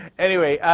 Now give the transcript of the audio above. anyway,